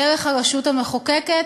דרך הרשות המחוקקת,